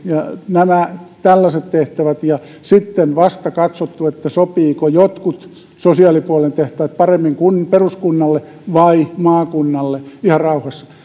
ja tällaiset tehtävät ja sitten vasta ihan rauhassa katsottu sopivatko jotkut sosiaalipuolen tehtävät paremmin peruskunnalle vai maakunnalle